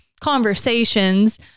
Conversations